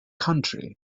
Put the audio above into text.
county